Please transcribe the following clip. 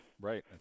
Right